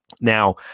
Now